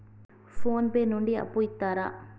Phone pay నుండి అప్పు ఇత్తరా?